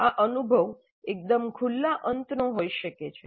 આ અનુભવ એકદમ ખુલ્લો અંતનો હોઈ શકે છે